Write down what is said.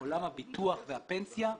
עולם הביטוח והפנסיה,